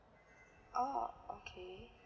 oh okay